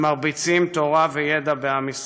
ומרביצים תורה וידע בעם ישראל.